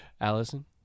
Allison